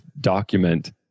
document